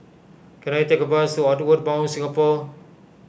can I take a bus to Outward Bound Singapore